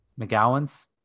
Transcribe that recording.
McGowan's